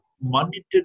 monetary